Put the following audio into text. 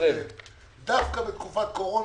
דווקא בתקופת קורונה,